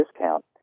discount